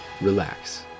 relax